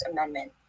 Amendment